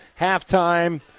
halftime